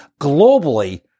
globally